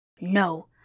No